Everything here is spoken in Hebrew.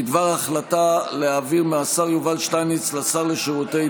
בדבר החלטתה להעביר מהשר יובל שטייניץ לשר לשירותי